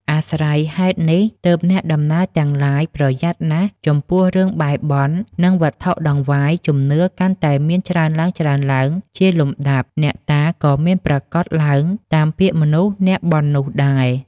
អាស្រ័យហេតុនេះ ទើបអ្នកដំណើរទាំងឡាយប្រយ័ត្នណាស់ ចំពោះរឿងបែរបន់ និងវត្ថុតង្វាយជំនឿកាន់តែមានច្រើនឡើងៗជាលំដាប់ អ្នកតាក៏មានប្រាកដឡើងតាមពាក្យមនុស្សអ្នកបន់នោះដែរ ។